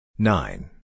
Nine